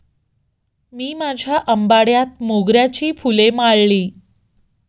मी माझ्या आंबाड्यात मोगऱ्याची फुले माळली